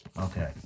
okay